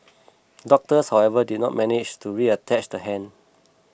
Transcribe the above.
doctors however did not manage to reattach the hand